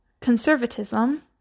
conservatism